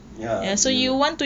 ya is